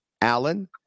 Allen